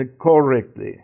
correctly